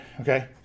Okay